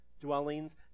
dwellings